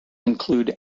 include